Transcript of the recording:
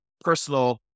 personal